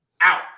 out